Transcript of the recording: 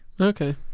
okay